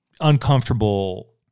uncomfortable